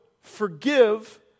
forgive